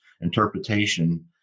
interpretation